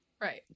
Right